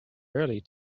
early